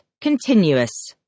continuous